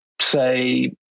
say